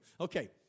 Okay